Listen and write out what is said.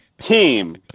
Team